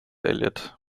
eliot